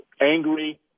angry